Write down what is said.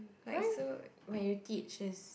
like so when you teach is